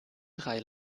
drei